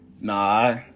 Nah